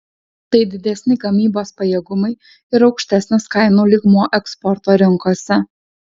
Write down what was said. tai didesni gamybos pajėgumai ir aukštesnis kainų lygmuo eksporto rinkose